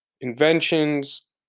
inventions